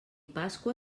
pasqua